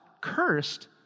Cursed